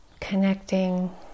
Connecting